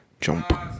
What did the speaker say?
jump